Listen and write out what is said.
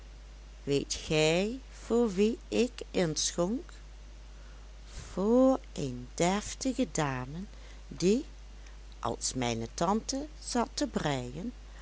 weet gij voor wie ik inschonk voor een deftige dame die als mijn tante zat te breien